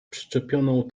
przyczepioną